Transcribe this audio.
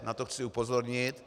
Na to chci upozornit.